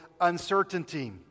uncertainty